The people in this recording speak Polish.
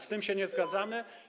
Z tym się nie zgadzamy.